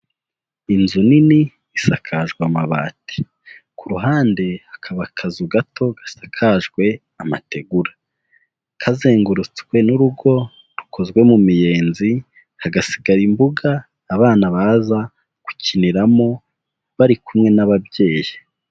Inzu nini isakajwe amabati, ku ruhande hakaba akazu gato gasakajwe amategura, kazengurutswe n'urugo rukozwe mu miyenzi. Hagasigara imbuga abana baza gukiniramo bari kumwe n'ababyeyi.